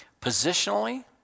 Positionally